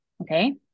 okay